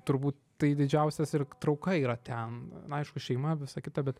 turbūt tai didžiausias ir trauka yra ten na aišku šeima visa kita bet